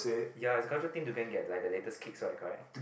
ya is a culture thing to go and get like the latest kicks right correct